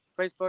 Facebook